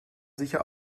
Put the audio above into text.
sicher